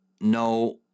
no